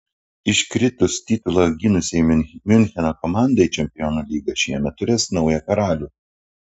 iškritus titulą gynusiai miuncheno komandai čempionų lyga šįmet turės naują karalių